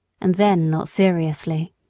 and then not seriously